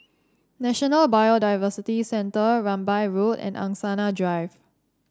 National Biodiversity Centre Rambai Road and Angsana Drive